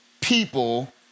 people